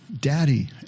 Daddy